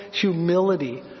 humility